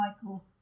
cycle